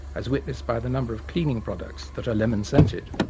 as witnessed by the number of cleaning products that are lemon-scented.